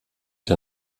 der